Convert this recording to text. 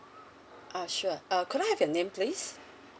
ah sure uh could I have your name please